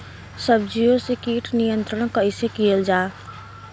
सब्जियों से कीट नियंत्रण कइसे कियल जा?